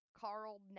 Carl